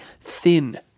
thin